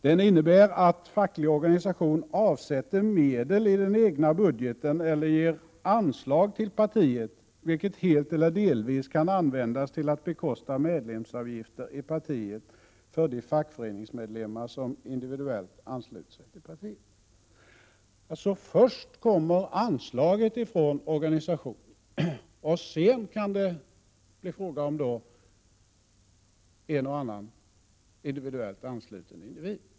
Den innebär att ”facklig organisation avsätter medel i den egna budgeten eller ger anslag till partiet, vilket helt eller delvis kan användas till att bekosta medlemsavgifter i partiet för de fackföreningsmedlemmar som individuellt ansluter sig till partiet”. Först kommer alltså anslaget från organisationen, och sedan kan det bli fråga om en och annan individuellt ansluten individ.